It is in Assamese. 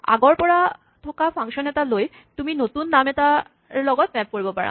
আগৰ পৰা থকা ফাংচন এটা লৈ তুমি নতুন নাম এটাৰ লগত মেপ কৰিব পাৰা